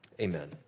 Amen